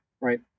right